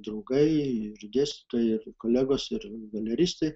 draugai ir dėstytojai ir kolegos ir galeristai